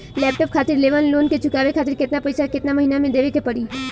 Laptop खातिर लेवल loan के चुकावे खातिर केतना पैसा केतना महिना मे देवे के पड़ी?